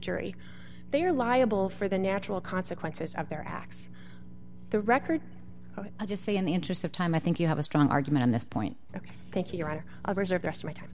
jury they are liable for the natural consequences of their acts the record i just say in the interest of time i think you have a strong argument on this point ok thank you your honor of reserve yes my time